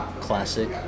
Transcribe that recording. classic